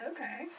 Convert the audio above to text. Okay